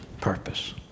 purpose